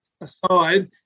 aside